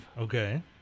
Okay